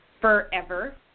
forever